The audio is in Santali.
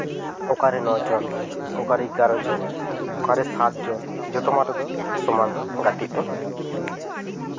ᱚᱠᱟᱨᱮ ᱱᱚ ᱡᱚᱱ ᱚᱠᱟᱨᱮ ᱮᱜᱟᱨᱚ ᱡᱚᱱ ᱚᱠᱟᱨᱮ ᱥᱟᱛ ᱡᱚᱱ ᱡᱚᱛᱚ ᱢᱟᱴᱷ ᱫᱚ ᱥᱚᱢᱟᱱ ᱫᱚ ᱜᱟᱛᱮᱜ ᱫᱚ